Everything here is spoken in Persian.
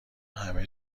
همه